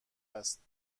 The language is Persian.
است